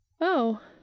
Oh